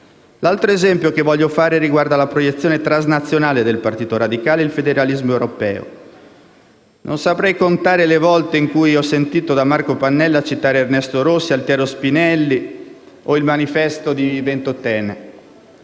L'altro esempio che voglio fare riguarda la proiezione transnazionale del Partito Radicale e il federalismo europeo. Non saprei contare le volte in cui ho sentito da Marco Pannella citare Ernesto Rossi, Altiero Spinelli o il Manifesto di Ventotene.